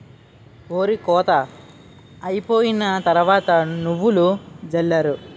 ఒరి కోత అయిపోయిన తరవాత నువ్వులు జల్లారు